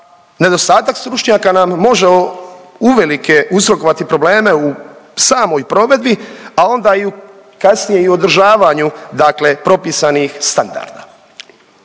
nedostatak stručnjaka nam može uvelike uzrokovati probleme u samoj provedbi, a onda kasnije i u održavanju dakle propisanih standarda.